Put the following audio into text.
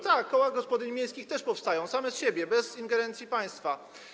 Tak, koła gospodyń miejskich też powstają, same z siebie, bez ingerencji państwa.